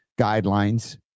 guidelines